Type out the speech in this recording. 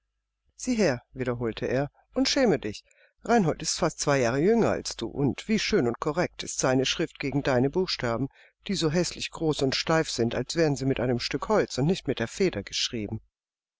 sieh her wiederholte er und schäme dich reinhold ist fast zwei jahre jünger als du und wie schön und korrekt ist seine schrift gegen deine buchstaben die so häßlich groß und steif sind als wären sie mit einem stück holz und nicht mit der feder geschrieben